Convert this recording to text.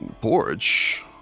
porridge